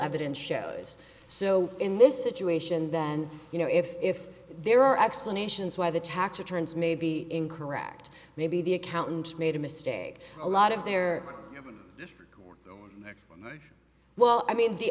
evidence shows so in this situation then you know if if there are explanations why the tax returns may be incorrect maybe the accountant made a mistake a lot of there there well i mean the